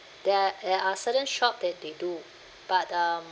there there are certain shop that they do but um